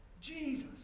Jesus